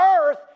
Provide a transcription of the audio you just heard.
Earth